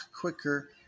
quicker